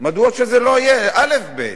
מדוע שזה לא יהיה אלף-בית